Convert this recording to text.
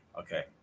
Okay